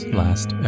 last